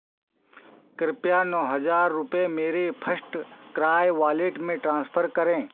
कृपया नौ हज़ार रुपये मेरे फर्स्ट क्राइ वॉलेट में ट्रांसफर करें